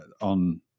on